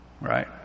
Right